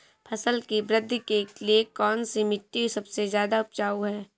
फसल की वृद्धि के लिए कौनसी मिट्टी सबसे ज्यादा उपजाऊ है?